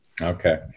Okay